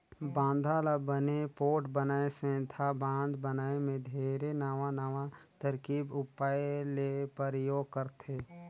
बांधा ल बने पोठ बनाए सेंथा बांध बनाए मे ढेरे नवां नवां तरकीब उपाय ले परयोग करथे